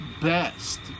best